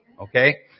Okay